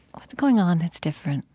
what's going on that's different?